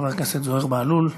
חבר הכנסת זוהיר בהלול.